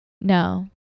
No